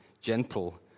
gentle